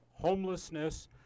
homelessness